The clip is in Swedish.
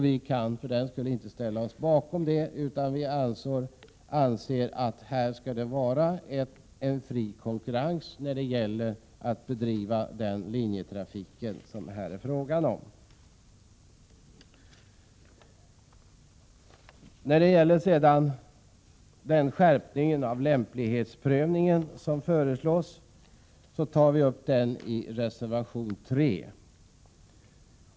Vi kan inte ställa oss bakom detta utan anser att det skall vara fri konkurrens när det gäller den linjetrafik som det här är fråga om. Den skärpning av lämplighetsprövningen som föreslås i propositionen tar vi upp i reservation 3.